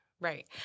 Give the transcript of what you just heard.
Right